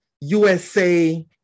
USA